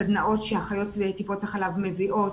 סדנאות שאחיות לטיפות החלב מביאות